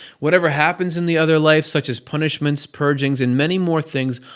whatever happens in the other life, such as punishments, purgings, and many more things,